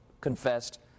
confessed